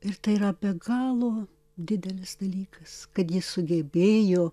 ir tai yra be galo didelis dalykas kad ji sugebėjo